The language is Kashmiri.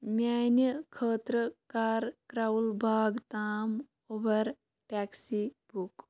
میٛانہِ خٲطرٕ کَر کرٛاوٕل باغ تام اوٚبَر ٹٮ۪کسی بُک